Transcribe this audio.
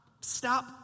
stop